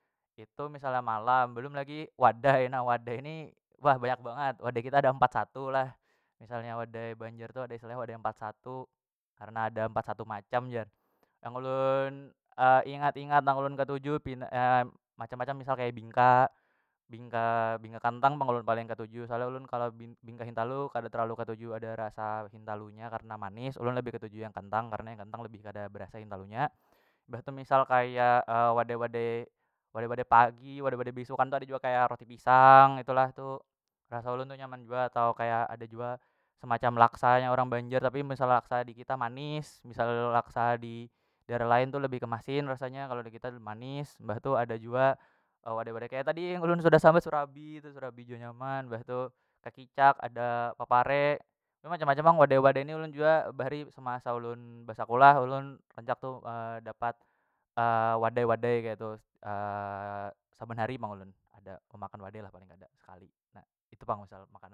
Itu misalnya malam balum lagi wadai na wadai ni wah banyak bangat wadai kita ada empat satu lah misalnya wadai banjar tu ada istilahnya wadai empat satu karna ada empat satu macam jar yang ulun ingat- ingat nang ulun ketuju pin macam- macam misal kaya bingka- bingka kantang pang ulun paling katuju soalnya ulun kalo bing bingka hintalu kada terlalu ketuju ada rasa hintalu nya karna manis ulun lebih ketuju yang kentang karna yang kentang lebih kada berasa hintalu nya mbah tu misal kaya wadai- wadai wadai- wadai pagi wadai- wadai besukan tu ada jua kaya roti pisang ketu lah tu rasa ulun tu nyaman jua atau kaya ada jua semacam laksa nya orang banjar tapi misal laksa dikita manis misal laksa didaerah lain tu lebih ke masin rasanya kalo dikita tu manis mbah tu ada jua wadai- wadai kaya tadi yang ulun sabut serabi tu serabi jua nyaman mbah tu takicak ada papare tu macam- macam pang wadai- wadai ni ulun jua bahari semasa ulun basakulah ulun rancak tu dapat wadai- wadai keitu saban hari pang ulun ada memakan wadai lah paling kada sekali na itu pang soal makanan.